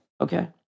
Okay